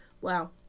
wow